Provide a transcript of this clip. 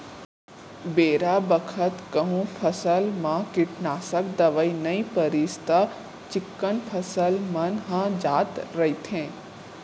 बेरा बखत कहूँ फसल म कीटनासक दवई नइ परिस त चिक्कन फसल मन ह जात रइथे